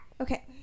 Okay